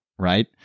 right